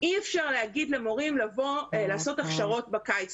אי אפשר להגיד למורים לעשות הכשרות בקיץ,